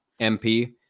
mp